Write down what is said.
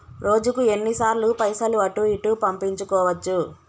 రోజుకు ఎన్ని సార్లు పైసలు అటూ ఇటూ పంపించుకోవచ్చు?